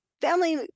family